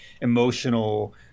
emotional